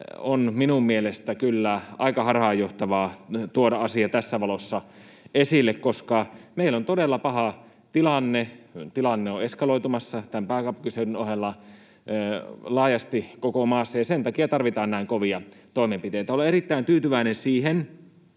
on minun mielestäni kyllä aika harhaanjohtavaa tuoda asia tässä valossa esille, koska meillä on todella paha tilanne. Tilanne on eskaloitumassa tämän pääkaupunkiseudun ohella laajasti koko maassa, ja sen takia tarvitaan näin kovia toimenpiteitä. Olen erittäin tyytyväinen siihen,